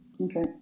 Okay